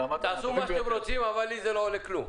תעשו מה שאתם רוצים אבל לי זה לא עולה כלום.